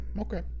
Okay